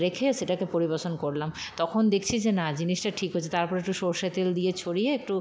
রেখে সেটাকে পরিবেশন করলাম তখন দেখছি যে না জিনিসটা ঠিক হয়েছে তারপর একটু সরষের তেল দিয়ে ছড়িয়ে একটু